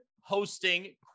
hosting